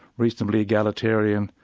reasonably egalitarian,